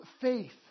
faith